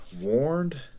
warned